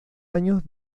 años